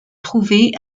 trouvé